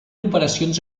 operacions